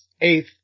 Eighth